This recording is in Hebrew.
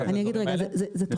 אחד הדברים האלה?